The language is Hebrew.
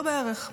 לא בערך,